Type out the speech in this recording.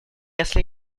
если